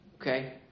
Okay